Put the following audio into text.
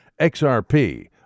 XRP